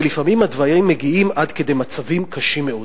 ולפעמים הדברים מגיעים עד כדי מצבים קשים מאוד.